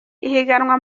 ihiganwa